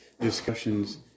discussions